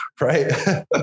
right